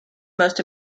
most